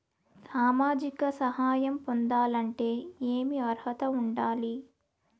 సామాజిక సహాయం పొందాలంటే ఏమి అర్హత ఉండాలి?